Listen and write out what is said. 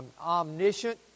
omniscient